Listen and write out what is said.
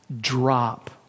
drop